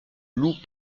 loup